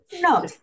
No